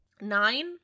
Nine